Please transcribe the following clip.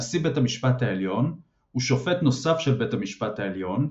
נשיא בית המשפט העליון ושופט נוסף של בית המשפט העליון,